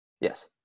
Yes